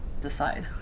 decide